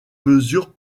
mesures